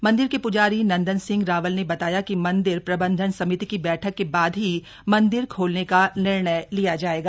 मंदिर के प्जारी नंदन सिंह रावल ने बताया कि मंदिर प्रबंधन समिति की बैठक के बाद ही मंदिर खोलने का निर्णय लिया जाएगा